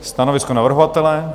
Stanovisko navrhovatele?